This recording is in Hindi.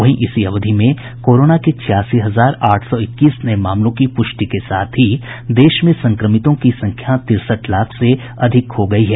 वहीं इसी अवधि में कोरोना के छियासी हजार आठ सौ इक्कीस नये मामलों की पुष्टि के साथ ही देश में संक्रमितों की संख्या तिरसठ लाख से अधिक हो गई है